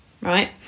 right